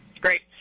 Great